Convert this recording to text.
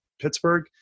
Pittsburgh